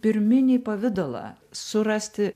pirminį pavidalą surasti